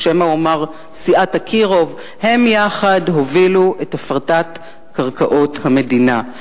או שמא אומר "סיעת אקירוב" הם יחד הובילו את הפרטת קרקעות המדינה.